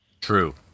True